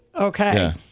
Okay